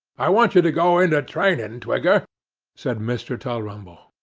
i want you to go into training, twigger said mr. tulrumble.